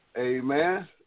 Amen